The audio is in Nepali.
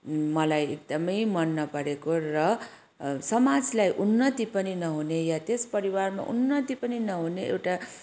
मलाई एकदमै मन नपरेको र समाजलाई उन्नति पनि नहुने या त्यस परिवारमा उन्नति पनि नहुने एउटा